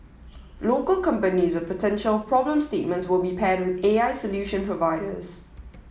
local companies with potential problem statements will be paired with A I solution providers